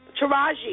Taraji